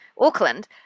auckland